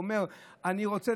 לומר: אני רוצה,